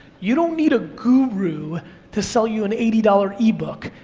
you don't need a guru to sell you an eighty dollars ebook.